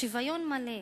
שוויון מלא.